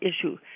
issue